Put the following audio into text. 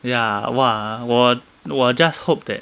ya !wah! 我我 just hope that